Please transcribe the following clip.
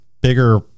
bigger